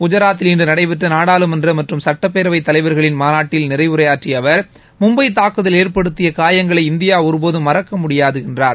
குஜராத்தில் இன்று நடைபெற்ற நாடாளுமன்ற மற்றும் சட்டப்பேரவை தலைவர்களின் மாநாட்டில் நிறைவு உரையாற்றிய அவர் மும்பை தாக்குதல் ஏற்படுத்திய காயங்களை இந்தியா ஒருபோதும் மறக்க முடியாது என்றார்